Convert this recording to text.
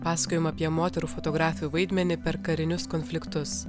pasakojama apie moterų fotografių vaidmenį per karinius konfliktus